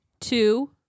Two